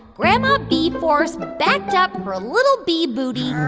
grandma bee-force backed up her little bee booty. err